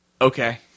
Okay